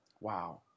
Wow